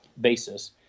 basis